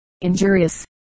injurious